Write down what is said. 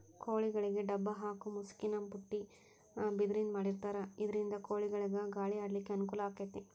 ಕೋಳಿಗೆ ಡಬ್ಬ ಹಾಕು ಮುಸುಕಿನ ಬುಟ್ಟಿ ಬಿದಿರಿಂದ ಮಾಡಿರ್ತಾರ ಇದರಿಂದ ಕೋಳಿಗಳಿಗ ಗಾಳಿ ಆಡ್ಲಿಕ್ಕೆ ಅನುಕೂಲ ಆಕ್ಕೆತಿ